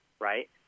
right